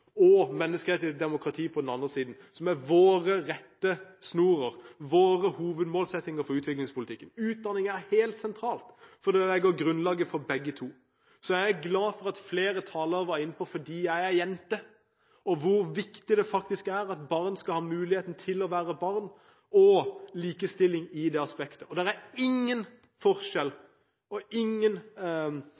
og menneskerettigheter og demokrati på den andre siden. Det er vår rettesnor og vår hovedmålsetting for utviklingspolitikken. Utdanning er helt sentralt for å legge grunnlaget for begge to. Så jeg er glad for at flere talere var inne på fordijegerjente.no og hvor viktig det faktisk er at barn skal ha muligheten til å være barn og likestilling i det aspektet. Det er ingen forskjell, og